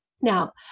Now